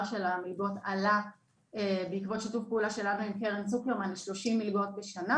המלגות עלה בעקבות שיתוף פעולה שלנו עם קרן צוקרמן ל-30 מלגות בשנה.